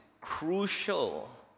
crucial